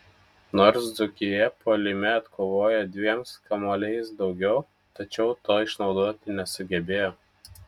nors dzūkija puolime atkovojo dviems kamuoliais daugiau tačiau to išnaudoti nesugebėjo